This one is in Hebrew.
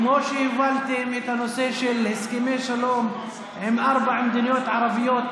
כמו שהובלתם את הנושא של הסכמי שלום עם ארבע מדינות ערביות,